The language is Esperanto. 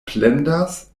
plendas